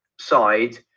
side